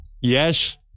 yes